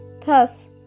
Thus